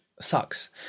sucks